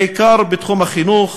בעיקר בתחום החינוך,